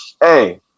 hey